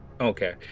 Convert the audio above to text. Okay